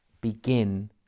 begin